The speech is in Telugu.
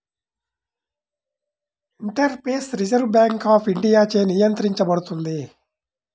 ఇంటర్ఫేస్ రిజర్వ్ బ్యాంక్ ఆఫ్ ఇండియాచే నియంత్రించబడుతుంది